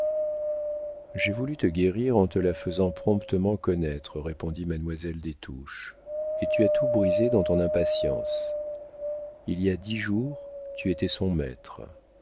j'ai voulu te guérir en te la faisant promptement connaître répondit mademoiselle des touches et tu as tout brisé dans ton impatience il y a dix jours tu étais son maître